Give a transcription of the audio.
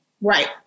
Right